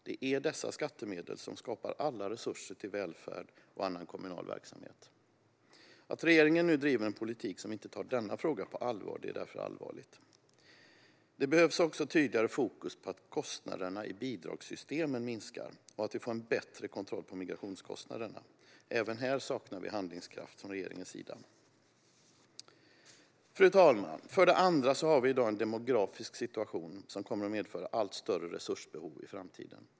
Det är dessa skattemedel som skapar alla resurser till välfärd och annan kommunal verksamhet. Att regeringen nu driver en politik som inte tar denna fråga på allvar är därför allvarligt. Det behövs också tydligare fokus på att kostnaderna i bidragssystemen ska minska och att vi ska få en bättre kontroll på migrationskostnaderna. Även där saknar vi handlingskraft från regeringens sida. Fru talman! För det andra har vi i dag en demografisk situation som kommer att medföra allt större resursbehov i framtiden.